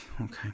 okay